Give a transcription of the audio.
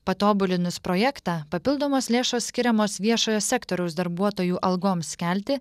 patobulinus projektą papildomos lėšos skiriamos viešojo sektoriaus darbuotojų algoms kelti